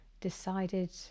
decided